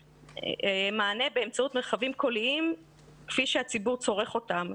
מענה באמצעות מרחבים קוליים כפי שהציבור צורך אותם.